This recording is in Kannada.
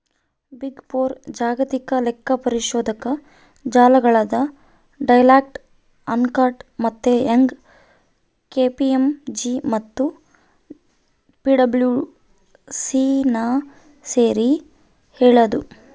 ಬಿಗ್ ಫೋರ್ ಜಾಗತಿಕ ಲೆಕ್ಕಪರಿಶೋಧಕ ಜಾಲಗಳಾದ ಡೆಲಾಯ್ಟ್, ಅರ್ನ್ಸ್ಟ್ ಮತ್ತೆ ಯಂಗ್, ಕೆ.ಪಿ.ಎಂ.ಜಿ ಮತ್ತು ಪಿಡಬ್ಲ್ಯೂಸಿನ ಸೇರಿ ಹೇಳದು